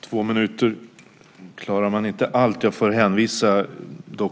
Fru talman! På två minuters repliktid klarar man inte allt. Jag får hänvisa